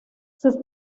sus